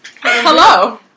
Hello